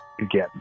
again